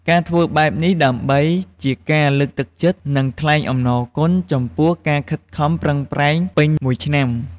ការធ្វើបែបនេះដើម្បីជាការលើកទឹកចិត្ត និងថ្លែងអំណរគុណចំពោះការខិតខំប្រឹងប្រែងពេញមួយឆ្នាំ។